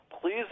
Please